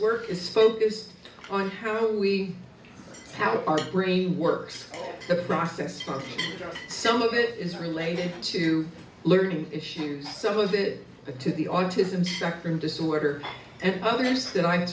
work is focused on how we how our brain works the process for some of it is related to learning issues some of it to the autism spectrum disorder and others that i